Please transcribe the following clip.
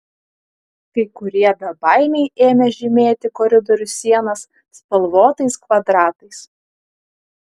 kai kurie bebaimiai ėmė žymėti koridorių sienas spalvotais kvadratais